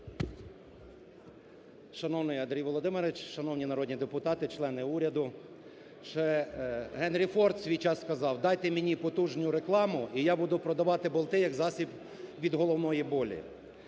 Шановний Андрій Володимирович! Шановні народні депутати! Члени уряду! Ще Генрі Форд в свій час сказав: "Дайте мені потужну рекламу, і я буду продавати болти як засіб від головної болі".